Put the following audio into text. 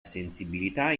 sensibilità